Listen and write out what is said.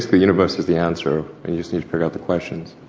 the universe is the answer. and you just need to figure out the questions.